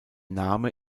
name